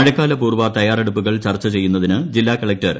മഴക്കാലപൂർവ്വ തയ്യാക്കൊട്ടു്പ്പുകൾ ചർച്ച ചെയ്യു ന്നതിന് ജില്ലാ കളക്ടർ പി